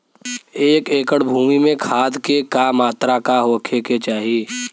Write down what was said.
एक एकड़ भूमि में खाद के का मात्रा का होखे के चाही?